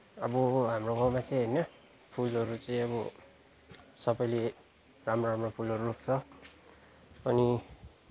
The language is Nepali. अब हाम्रो गाउँमा चाहिँ होइन फुलहरू चाहिँ अब सबैले राम्रो राम्रो फुलहरू रोप्छ अनि